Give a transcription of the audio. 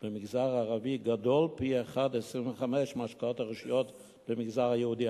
במגזר הערבי גדול פי-1.25 מהשקעות הרשויות במגזר היהודי".